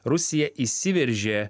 rusija įsiveržė